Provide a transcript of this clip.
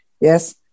yes